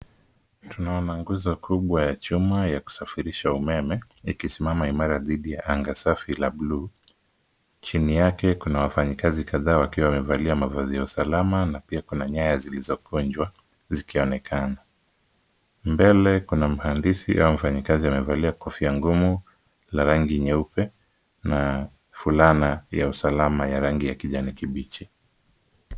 Tunaona nguzo kubwa ya chuma ya kusafirisha umeme, ikisimama imara dhidi ya anga safi la bluu. Chini yake kuna wafanyikazi kadhaa wakiwa wamevalia mavazi ya usalama na pia kuna nyaya zilizokunjwa, zikionekana. Mbele kuna mhandisi au mfanyakizi amevalia kofia ngumu la rangi nyeupe na fulana ya usalama ya rangi ya kijani kibichi.